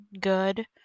good